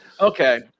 Okay